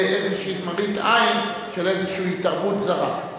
איזו מראית עין של איזו התערבות זרה.